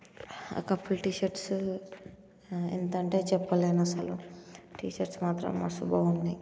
ఆ couple T shirts ఎంతంటే చెప్పలేను అసలు టి షర్ట్స్ మాత్రం మస్త్ బావున్నాయి